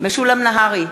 משולם נהרי,